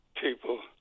people